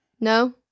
No